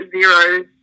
zero